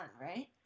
right